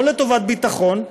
לא לטובת ביטחון,